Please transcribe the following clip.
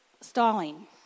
stalling